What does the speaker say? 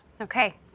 Okay